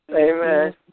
Amen